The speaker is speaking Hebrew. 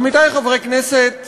עמיתי חברי הכנסת,